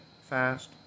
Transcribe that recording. fast